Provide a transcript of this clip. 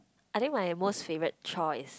I think my most favourite chore is